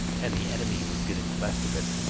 and the enemy was getting the best of it,